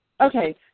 Okay